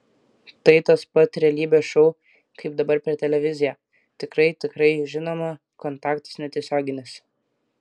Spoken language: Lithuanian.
tai tas pat realybės šou kaip dabar per televiziją tikrai tikrai žinoma kontaktas netiesioginis